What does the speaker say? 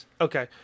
Okay